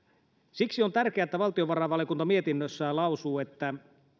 siksi on tärkeää että valtiovarainvaliokunta mietinnössään lausuu että